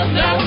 no